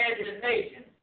imagination